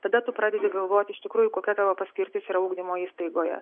tada tu pradedi galvoti iš tikrųjų kokia tavo paskirtis yra ugdymo įstaigoje